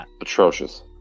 atrocious